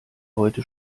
heute